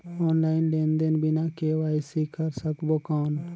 Online लेनदेन बिना KYC कर सकबो कौन??